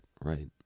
right